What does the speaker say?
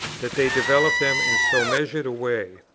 that they developed them in so measured a way.